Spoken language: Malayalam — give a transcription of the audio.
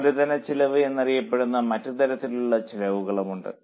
മൂലധന ചെലവ് എന്നറിയപ്പെടുന്ന മറ്റ് തരത്തിലുള്ള ചെലവുകളും ഉണ്ട്